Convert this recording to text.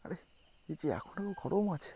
আরে এই যে এখনো গরম আছে